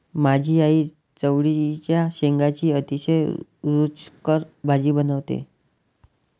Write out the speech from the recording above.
माझी आई चवळीच्या शेंगांची अतिशय रुचकर भाजी बनवते